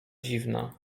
dziwna